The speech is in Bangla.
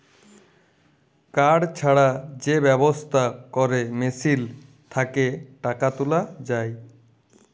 কাড় ছাড়া যে ব্যবস্থা ক্যরে মেশিল থ্যাকে টাকা তুলা যায়